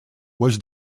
was